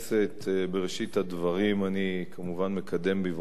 בראשית הדברים אני כמובן מקדם בברכה את